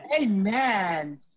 Amen